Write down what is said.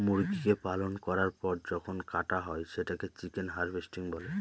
মুরগিকে পালন করার পর যখন কাটা হয় সেটাকে চিকেন হার্ভেস্টিং বলে